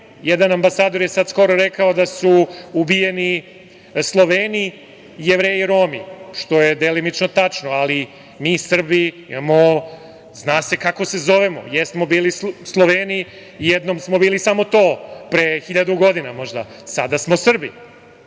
Jedan ambasador je sad skoro rekao da su ubijeni Sloveni, Jevreji, Romi, što je delimično tačno, ali mi Srbi imamo, zna se kako se zovemo. Jesmo bili Sloveni i jednom smo bili samo to pre 1.000 godina, možda, sada smo Srbi